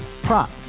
Prop